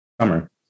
summer